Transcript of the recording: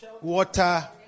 Water